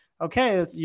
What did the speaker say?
okay